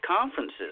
conferences